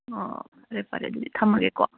ꯑꯣ ꯐꯔꯦ ꯐꯔꯦ ꯑꯗꯨꯗꯤ ꯊꯝꯃꯒꯦꯀꯣ